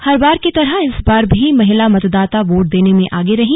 हर बार की तरह इस बार भी महिला मतदाता वोट देने में आगे रही